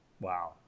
Wow